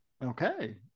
Okay